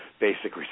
basic